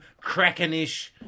Krakenish